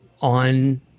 on